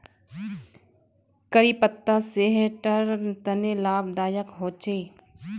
करी पत्ता सेहटर तने लाभदायक होचे